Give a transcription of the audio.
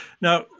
Now